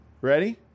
ready